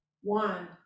one